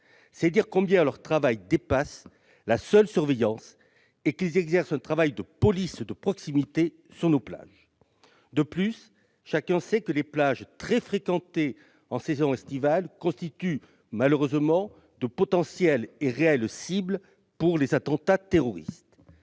C'est dire combien leur tâche dépasse la seule surveillance ! Ils exercent un travail de police de proximité sur nos plages. De plus, chacun sait que les plages très fréquentées pendant la saison estivale constituent malheureusement de potentielles et réelles cibles pour les attentats terroristes.